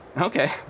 Okay